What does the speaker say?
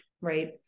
right